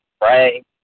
pray